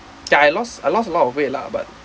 ya I lost I lost a lot of weight lah but